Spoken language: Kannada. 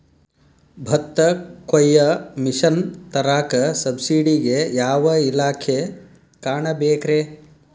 ಭತ್ತ ಕೊಯ್ಯ ಮಿಷನ್ ತರಾಕ ಸಬ್ಸಿಡಿಗೆ ಯಾವ ಇಲಾಖೆ ಕಾಣಬೇಕ್ರೇ?